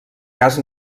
gas